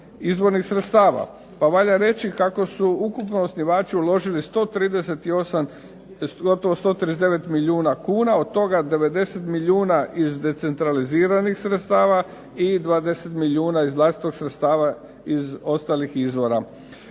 izvornih sredstava. Pa valja reći kako su ukupno osnivači uložili 138, gotovo 139 milijuna kuna, od toga 90 milijuna iz decentraliziranih sredstava, i 20 milijuna iz vlastitog sredstava iz ostalih izvora.